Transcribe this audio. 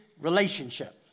relationship